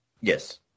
Yes